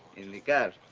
in the car.